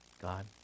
God